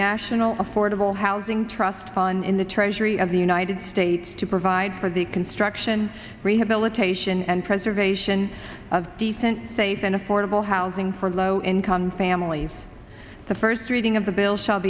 national affordable housing trust fund in the treasury of the united states to provide for the construction rehabilitation and preservation of decent safe and affordable housing for low income families the first reading of the bill shall